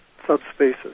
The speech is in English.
subspaces